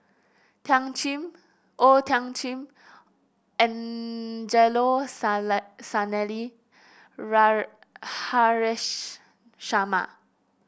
Thiam Chin O Thiam Chin Angelo Sanelli Haresh Sharma